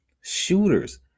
shooters